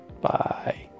bye